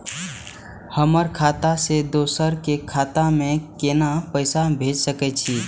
हमर खाता से दोसर के खाता में केना पैसा भेज सके छे?